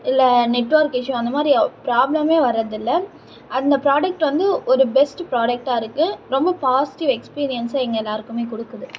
இல்லை network issue அந்த மாதிரி ப்ராப்ளமே வர்றது இல்லை அந்த ப்ராடெக்ட் வந்து ஒரு பெஸ்ட்டு ப்ராடெக்டாக இருக்குது ரொம்ப பாசிட்டிவ் எக்ஸ்பீரியன்ஸை எங்கள் எல்லாேருக்குமே கொடுக்குது